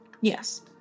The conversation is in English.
Yes